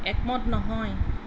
একমত নহয়